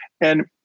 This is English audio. And-